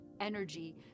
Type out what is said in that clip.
energy